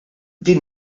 din